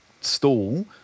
stall